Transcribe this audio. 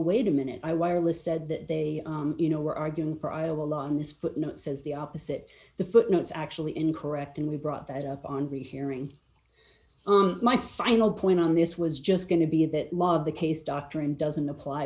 wait a minute i wireless said that they you know we're arguing for iowa law on this but says the opposite the footnotes actually incorrect and we brought that up on the hearing my final point on this was just going to be that love the case doctrine doesn't apply